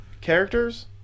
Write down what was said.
characters